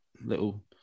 little